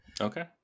Okay